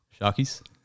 Sharkies